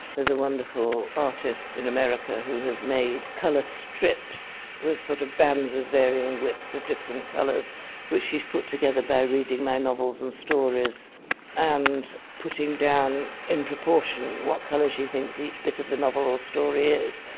there's a wonderful artist in america who has made colour strips with sort of bands of varying widths of different colours which she's put together by reading my novels and stories and putting down in proportion what colour she thinks each bit of the novel or story is.